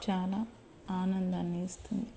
చాలా ఆనందాన్నిస్తుంది